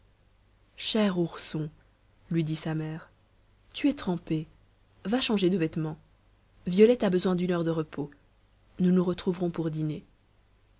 cher ourson lui dit sa mère tu es trempé va changer de vêtements violette a besoin d'une heure de repos nous nous retrouverons pour dîner